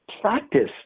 practice